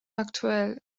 aktuell